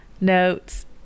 notes